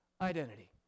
identity